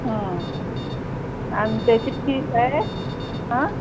आणि त्याची फीस आहे हा